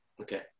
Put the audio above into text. Okay